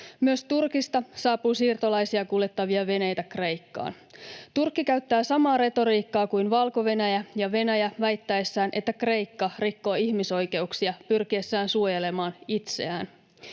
Myös Turkista saapuu siirtolaisia kuljettavia veneitä Kreikkaan. Turkki käyttää samaa retoriikkaa kuin Valko-Venäjä ja Venäjä väittäessään, että Kreikka rikkoo ihmisoikeuksia pyrkiessään suojelemaan itseään.